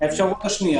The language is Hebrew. האפשרות השנייה,